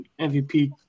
MVP